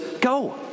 go